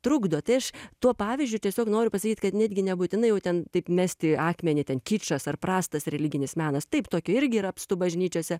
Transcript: trukdo tai aš tuo pavyzdžiu tiesiog noriu pasakyt kad netgi nebūtinai jau ten taip mesti akmenį ten kičas ar prastas religinis menas taip tokio irgi yra apstu bažnyčiose